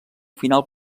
final